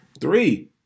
Three